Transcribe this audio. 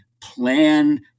plan